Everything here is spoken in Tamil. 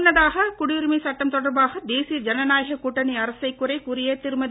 முன்னதாக தடியுரிமைச் சட்டம் தொடர்பாக தேசிய ஜனநாயக கூட்டணி அரசை குறை கூறிய திருமதி